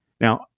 Now